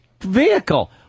vehicle